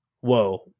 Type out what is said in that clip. whoa